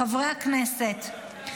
חברי הכנסת,